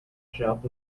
job